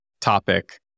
topic